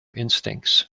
instincts